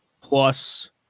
Plus